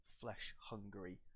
flesh-hungry